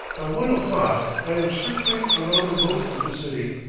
by one o'clock i am circling around the moat of the city,